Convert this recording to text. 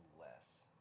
less